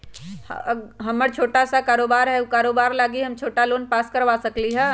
हमर छोटा सा कारोबार है उ कारोबार लागी हम छोटा लोन पास करवा सकली ह?